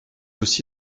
aussi